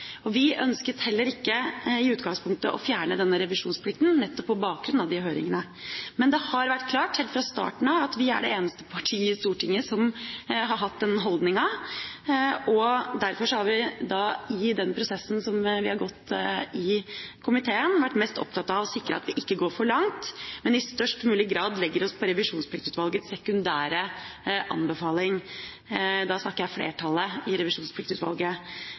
kriminalitet. Vi ønsket heller ikke i utgangspunktet å fjerne denne revisjonsplikten, nettopp på bakgrunn av de høringene. Men det har vært klart – helt fra starten av – at vi er det eneste partiet i Stortinget som har hatt den holdninga. Derfor har vi, i den prosessen som vi har hatt i komiteen, vært mest opptatt av å sikre at vi ikke går for langt, men i størst mulig grad legger oss på Revisjonspliktutvalgets sekundære anbefaling – da snakker jeg om flertallet i Revisjonspliktutvalget